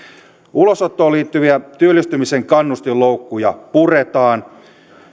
ulosottoon liittyviä työllistymisen kannustinloukkuja puretaan